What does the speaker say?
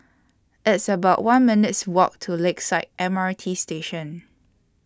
It's about one minutes' Walk to Lakeside M R T Station